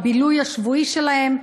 הבילוי השבועי שלהם,